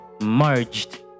merged